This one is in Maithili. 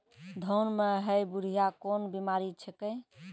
धान म है बुढ़िया कोन बिमारी छेकै?